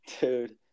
Dude